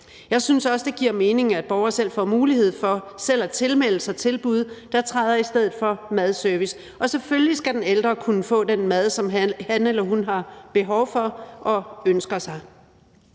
Jeg synes også, det giver mening, at borgere får mulighed for selv at tilmelde sig tilbud, der træder i stedet for madservice, og selvfølgelig skal den ældre kunne få den mad, som han eller hun har behov for og ønsker sig.